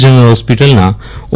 general ફોસ્પિટલનાં ઓ